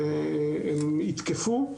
והם יתקפו.